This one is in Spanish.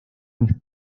mis